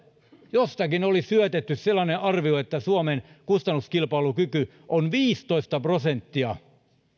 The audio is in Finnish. jostakin oli syötetty sellainen arvio että suomen kustannuskilpailukyky on viisitoista prosenttia